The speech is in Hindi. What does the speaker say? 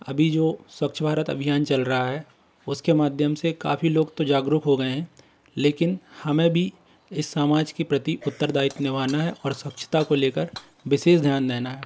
अभी जो स्वच्छ भारत अभियान चल रहा है उसके माध्यम से काफ़ी लोग तो जागरूक हो गए हैं लेकिन हमें भी इस समाज की प्रति उत्तरदायित्व निभाना है और स्वच्छता को ले कर विशेष ध्यान देना है